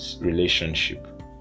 Relationship